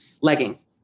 leggings